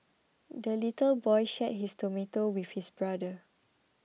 the little boy shared his tomato with his brother